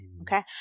Okay